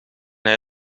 hij